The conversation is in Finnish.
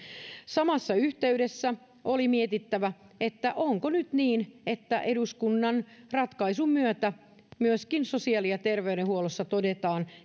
samassa yhteydessä oli mietittävä onko nyt niin että eduskunnan ratkaisun myötä myöskin sosiaali ja terveydenhuollossa todetaan